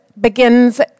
begins